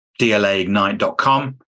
DLAIgnite.com